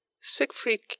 Siegfried